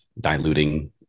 diluting